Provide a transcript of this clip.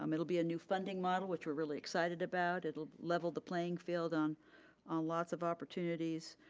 um it'll be a new funding model which we're really excited about. it'll level the playing field, on lots of opportunities,